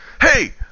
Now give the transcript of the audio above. Hey